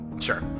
Sure